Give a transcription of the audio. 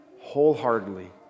wholeheartedly